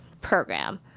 program